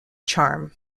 charm